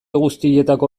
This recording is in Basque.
guztietako